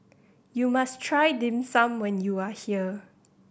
you must try Dim Sum when you are here